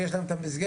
שיש להם את המסגרת,